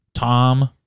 Tom